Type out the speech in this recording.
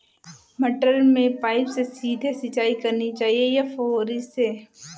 मटर में पाइप से सीधे सिंचाई करनी चाहिए या फुहरी से?